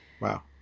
Wow